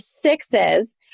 sixes